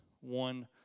one